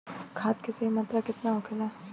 खाद्य के सही मात्रा केतना होखेला?